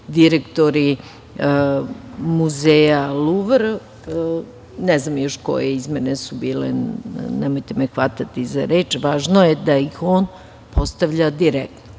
direktori muzeja „Luvr“, ne znam još koje izmene su bile, nemojte me hvatati za reč, važno je da ih on postavlja direktno,